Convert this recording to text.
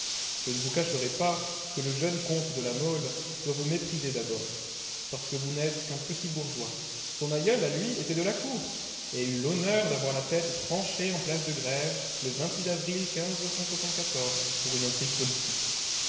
je ne vous cacherai pas que le jeune comte de la mole doit vous mépriser d'abord parce que vous n'êtes qu'un petit bourgeois son aïeul à lui était de la cour et eut l'honneur d'avoir la tête tranchée en place de grève le avril pour une intrigue politique